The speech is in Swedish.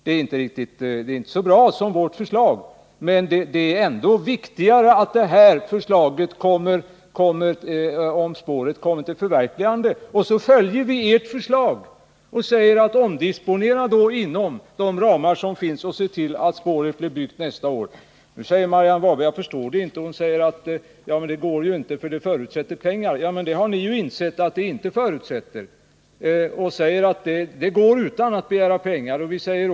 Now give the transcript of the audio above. Det är inte så bra som vårt förslag, men det viktigaste är ändå att förslaget om spåret kommer till förverkligande, och då följer vi ert förslag och säger: Omdisponera inom de ramar som finns och se till att spåret blir byggt nästa år! Nu säger Marianne Wahlberg, vilket jag inte förstår: Det går inte, för det förutsätter pengar. Men det har ni ju insett att det inte förutsätter. Ni säger ju att detta går att genomföra utan att begära pengar.